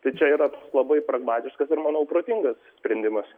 tai čia yra labai pragmatiškas ir manau protingas sprendimas